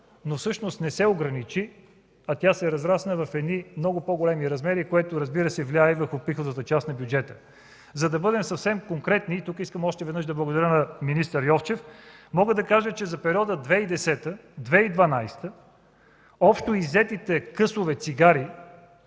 но всъщност не се ограничи, а се разрасна в едни много по-големи размери, което, разбира се, влияе и върху приходната част на бюджета. За да бъдем съвсем конкретни, тук искам още веднъж да благодаря на министър Йовчев, мога да кажа, че за периода 2010-2012 г. общо иззетите късове цигари